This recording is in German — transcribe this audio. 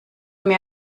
mir